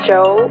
Joe